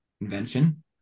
invention